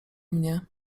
mnie